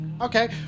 Okay